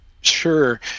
Sure